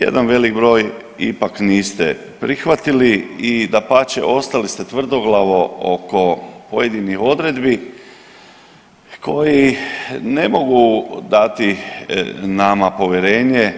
Jedan velik broj ipak niste prihvatili i dapače ostali ste tvrdoglavo oko pojedinih odredbi koji ne mogu dati nama povjerenje